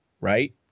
right